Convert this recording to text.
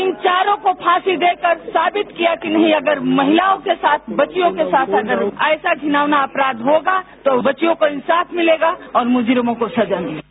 इन चारों को फांसी देकर साबित किया कि नहीं अगर महिलाओं के साथ बच्चियों के साथ अगर ऐसा घिनौना अपराध होगा तो बच्चियों को इंसाफ मिलेगा और मुजरिमों को सजा मिलेगी